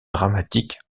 dramatique